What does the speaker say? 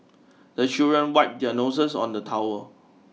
the children wipe their noses on the towel